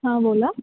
हां बोला